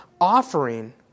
offering